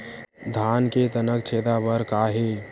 धान के तनक छेदा बर का हे?